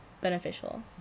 beneficial